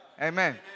Amen